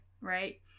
right